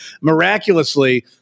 miraculously